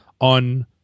on